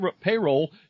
payroll